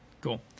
Cool